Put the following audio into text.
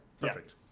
perfect